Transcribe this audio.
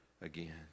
again